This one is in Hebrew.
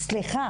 סליחה